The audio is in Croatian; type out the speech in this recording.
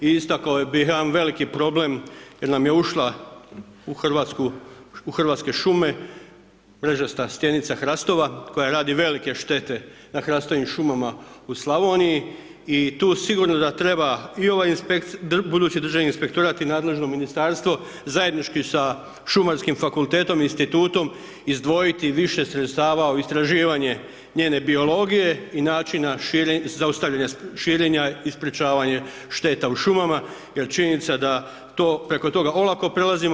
I istakao bih jedan veliki problem jer nam je ušla u hrvatske šume mrežasta stjenica hrastova koja radi velike štete na hrastovim šumama u Slavoniji i tu sigurno da treba i ovaj budući Državni inspektorat i nadležno Ministarstvo zajednički sa Šumarskim fakultetom i Institutom izdvojiti više sredstava u istraživanje njene biologije i načina širenja i sprečavanja šteta u šumama jer činjenica da preko toga olako prelazimo.